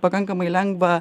pakankamai lengvą